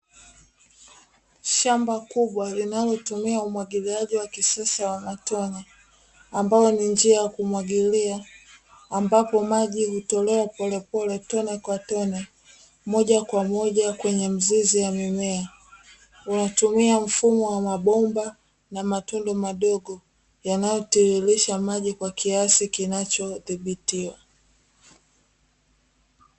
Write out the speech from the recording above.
Shamba kubwa linalotumia umwagiliaji wa kisasa wa matone, ambao ni njia ya kumwagilia; ambapo maji hutolewa polepole, tone kwa tone, moja kwa moja kwenye mizizi ya mimea. Unatumia mfumo wa mabomba na matundu madogo yanayotiririsha maji kwa kiasi kinachodhibitiwa.